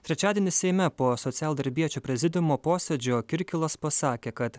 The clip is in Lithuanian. trečiadienį seime po socialdarbiečių prezidiumo posėdžio kirkilas pasakė kad